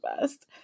best